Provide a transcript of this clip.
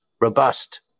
robust